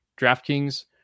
DraftKings